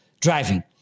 driving